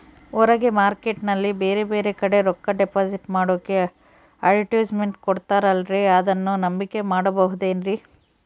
ಹೊರಗೆ ಮಾರ್ಕೇಟ್ ನಲ್ಲಿ ಬೇರೆ ಬೇರೆ ಕಡೆ ರೊಕ್ಕ ಡಿಪಾಸಿಟ್ ಮಾಡೋಕೆ ಅಡುಟ್ಯಸ್ ಮೆಂಟ್ ಕೊಡುತ್ತಾರಲ್ರೇ ಅದನ್ನು ನಂಬಿಕೆ ಮಾಡಬಹುದೇನ್ರಿ?